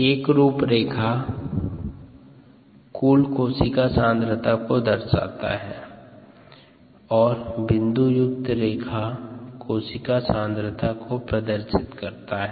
एकरूप रेखा कुल कोशिका सांद्रता को दर्शाता है और बिंदुयुक्त रेखा जीवित कोशिका सांद्रता को प्रदर्शित करता है